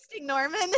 Norman